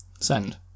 send